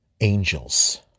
angels